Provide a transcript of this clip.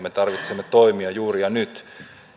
me tarvitsemme toimia juuri nyt